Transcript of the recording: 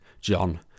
John